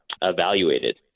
evaluated